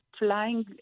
Flying